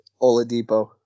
Oladipo